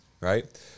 right